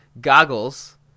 goggles